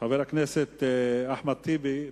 חבר הכנסת טיבי,